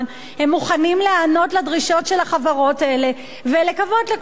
הם מוכנים להיענות לדרישות של החברות האלה ולקוות לקושש עוד